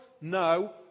No